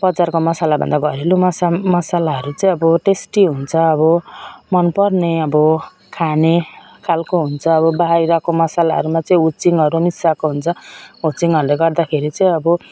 बजारको मसाला भन्दा घरेलु मसम मसालाहरू चाहिँ अब टेस्टी हुन्छ अब मन पर्ने अब खाने खाले हुन्छ अब बाहिरको मसालाहरूमा चाहिँ हुचिङहरू मिसाएको हुन्छ हुचिङहरूले गर्दाखेरि चाहिँ अब